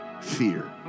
fear